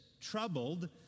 troubled